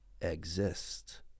exist